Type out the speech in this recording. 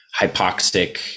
hypoxic